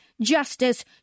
justice